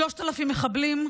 3,000 מחבלים,